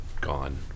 gone